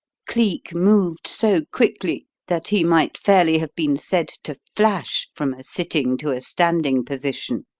cleek moved so quickly that he might fairly have been said to flash from a sitting to a standing position,